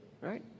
right